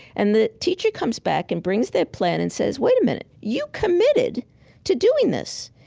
and the teacher comes back and brings their plan and says, wait a minute. you committed to doing this.